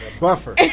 Buffer